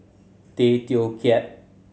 Tay Teow Kiat